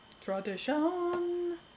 Tradition